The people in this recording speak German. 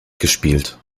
gespielt